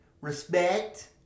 respect